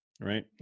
right